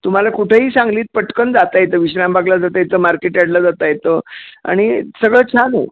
तुम्हाला कुठेही सांगलीत पटकन जाता येतं विश्रामबागला जाता येतं मार्केटयार्डला जाता येतं आणि सगळं छान आहे